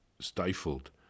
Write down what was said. stifled